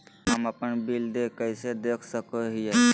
हम अपन बिल देय कैसे देख सको हियै?